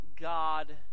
God